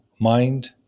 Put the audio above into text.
mind